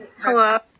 Hello